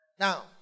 Now